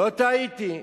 לא טעיתי.